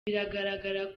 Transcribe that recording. bigaragara